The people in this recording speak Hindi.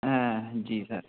जी सर